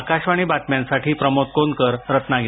आकाशवाणी बातम्यांसाठी प्रमोद कोनकर रत्नागिरी